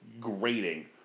grating